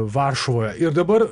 varšuvoje ir dabar